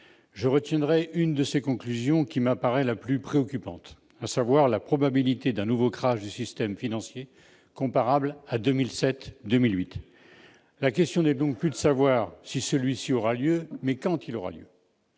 Je retiendrai une de ses conclusions, celle qui m'apparaît comme la plus préoccupante :« la probabilité d'un nouveau crash du système financier comparable à 2007-2008 ». La question n'est donc plus de savoir si ce crash aura lieu, mais quand il aura lieu.